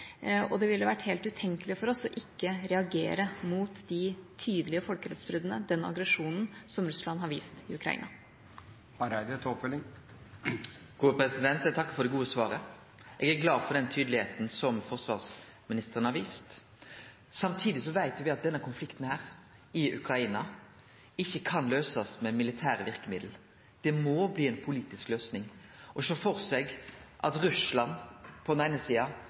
og det ville vært helt utenkelig for oss ikke å reagere mot de tydelige folkerettsbruddene, den aggresjonen, som Russland har vist i Ukraina. Eg takkar for det gode svaret. Eg er glad for at forsvarsministeren har vore så tydeleg. Samtidig veit me at denne konflikten i Ukraina ikkje kan løysast med militære verkemiddel. Det må bli ei politisk løysing. Å sjå for seg at Russland på den eine sida